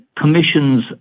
commissions